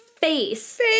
face